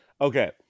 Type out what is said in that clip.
Okay